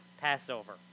Passover